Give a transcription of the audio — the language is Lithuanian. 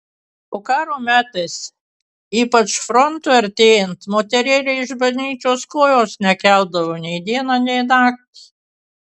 o karo metais ypač frontui artėjant moterėlė iš bažnyčios kojos nekeldavo nei dieną nei naktį